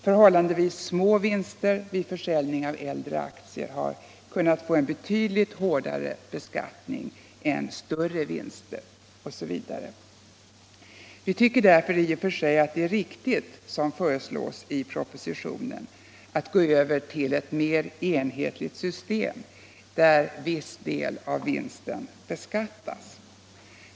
Förhållandevis små vinster vid försäljning av äldre aktier har fått en betydligt hårdare beskattning än större vinster, osv: Vi tycker därför att det i och för sig är riktigt som det föreslås i propositionen att gå över till ett mer enhetligt system, där viss del av vinsten beskattas.